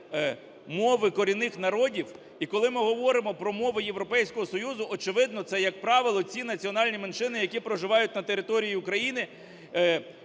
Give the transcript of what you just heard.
мови корінних народів. І коли ми говоримо про мови Європейського Союзу, очевидно, це, як правило, ці національні меншини, які проживають на території України,